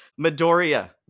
Midoriya